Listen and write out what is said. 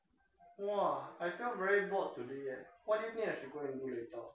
!wah! I felt very bored today leh what do you think I should go and do later